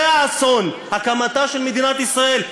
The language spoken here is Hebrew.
זה האסון: הקמתה של מדינת ישראל,